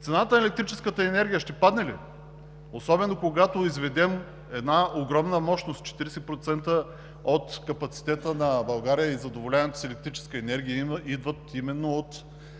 Цената на електрическата енергия ще падне ли, особено когато изведем една огромна мощност? Четиридесет процента от капацитета на България и задоволяването с електрическа енергия идват именно от